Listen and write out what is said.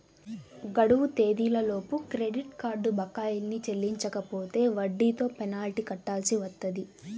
గడువు తేదీలలోపు credit card బకాయిల్ని చెల్లించకపోతే వడ్డీతో పెనాల్టీ కట్టాల్సి వత్తది